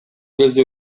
кезде